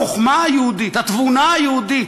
החוכמה היהודית, התבונה היהודית,